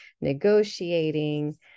negotiating